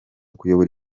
kuyobora